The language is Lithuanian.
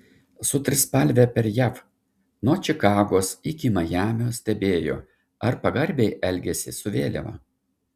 su trispalve per jav nuo čikagos iki majamio stebėjo ar pagarbiai elgiasi su vėliava